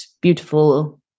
beautiful